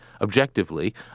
objectively